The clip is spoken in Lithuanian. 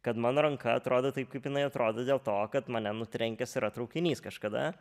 kad mano ranka atrodo taip kaip jinai atrodo dėl to kad mane nutrenkęs yra traukinys kažkada